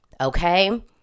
Okay